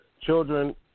Children